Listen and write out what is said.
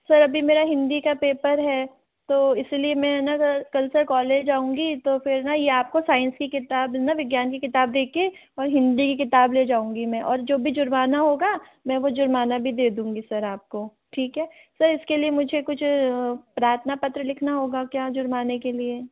sir अभी मेरा हिंदी का पेपर है तो इसलिए मैं है न कल से कॉलेज जाऊँगी तो फिर न यह आपको साइंस की किताब न विज्ञान की किताब देकर और हिंदी की किताब ले जाऊंगी मैं और जो भी जुर्माना होगा मैं वह जुर्माना भी दे दूंगी सर आपको ठीक है सर इसके लिए मुझे कुछ प्रार्थना पत्र लिखना होगा क्या जुर्माने के लिए